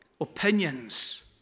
opinions